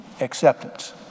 Acceptance